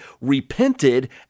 repented